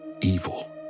evil